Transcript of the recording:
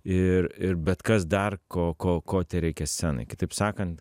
ir ir bet kas dar ko ko ko tereikia scenai kitaip sakant